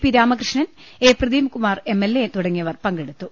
P Ramakrishnan A Pradeep Kumar M L A തുടങ്ങിയവർ പങ്കെടുത്തു